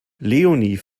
leonie